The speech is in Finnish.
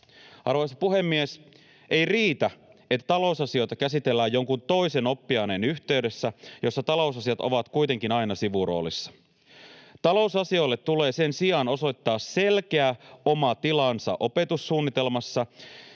Arvoisa puhemies! Ei riitä, että talousasioita käsitellään jonkun toisen oppiaineen yhteydessä, jossa talousasiat ovat kuitenkin aina sivuroolissa. Talousasioille tulee sen sijaan osoittaa selkeä oma tilansa opetussuunnitelmassa,